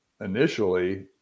initially